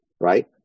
right